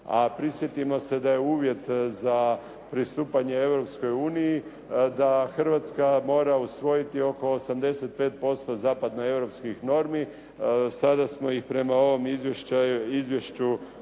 prisjetimo se da je uvjet za pristupanje Europskoj uniji da Hrvatska mora usvojiti oko 85% zapadno-europskih normi. Sada smo ih prema ovom izvješću usvojili